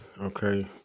okay